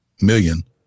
million